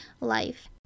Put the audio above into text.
life